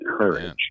courage